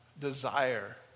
desire